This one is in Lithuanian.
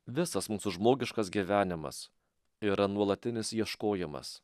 visas mūsų žmogiškas gyvenimas yra nuolatinis ieškojimas